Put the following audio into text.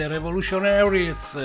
Revolutionaries